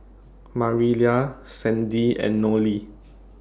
Marilla Sandie and Nolie